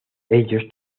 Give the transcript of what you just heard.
ellos